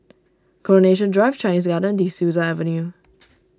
Coronation Drive Chinese Garden De Souza Avenue